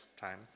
time